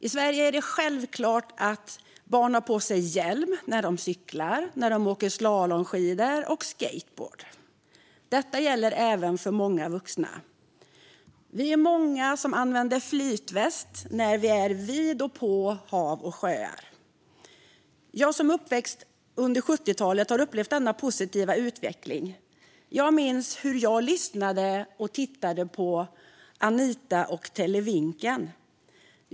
I Sverige är det självklart att barn har på sig hjälm när de cyklar, åker slalomskidor eller åker skateboard. Detta gäller även för många vuxna. Vi är många som använder flytväst när vi är vid och på hav och sjöar. Jag som är uppväxt under 70-talet har upplevt denna positiva utveckling. Jag minns hur jag lyssnade och tittade på Anita och Televinken.